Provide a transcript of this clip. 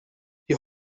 die